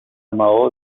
maó